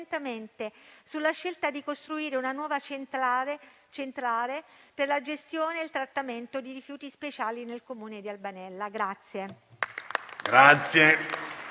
sulla scelta di costruire una nuova centrale per la gestione e il trattamento di rifiuti speciali nel Comune di Albanella.